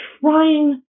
trying